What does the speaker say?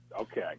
Okay